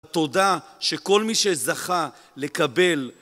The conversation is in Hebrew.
תודה שכל מי שזכה לקבל.